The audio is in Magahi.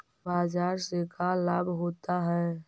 बाजार से का लाभ होता है?